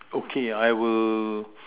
okay I will